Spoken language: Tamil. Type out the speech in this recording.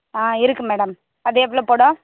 ஆ இருக்குது மேடம் அது எவ்வளோ போட